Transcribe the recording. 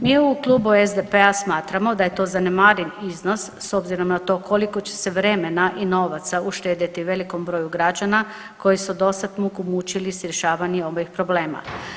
Mi u Klubu SDP-a smatramo da je to zanemariv iznos s obzirom na to koliko će se vremena i novaca uštedjeti velikom broju građana koji su dosad muku mučili s rješavanjem ovih problema.